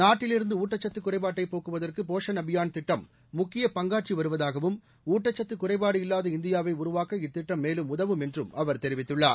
நாட்டிலிருந்து ஊட்டச்சத்து குறைபாட்டை போக்குவதற்கு போஷான் அபியான் திட்டம் முக்கியப் பங்காற்றி வருவதாகவும் ஊட்டச்சத்து குறைபாடு இல்லாத இந்தியாவை உருவாக்க இத்திட்டம் மேலும் உதவும் என்றும் அவர் தெரிவித்துள்ளார்